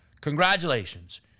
Congratulations